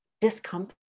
discomfort